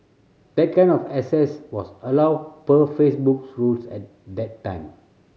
that kind of access was allowed per Facebook's rules at that time